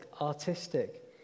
artistic